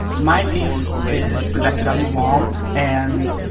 my piece is projected on the wall. and,